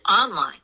online